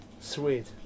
Sweet